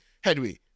headway